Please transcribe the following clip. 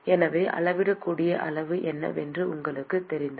எனவே அளவிடக்கூடிய அளவு என்னவென்று உங்களுக்குத் தெரிந்தால்